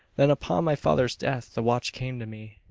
then upon my father's death the watch came to me.